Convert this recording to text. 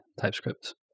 TypeScript